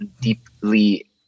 Deeply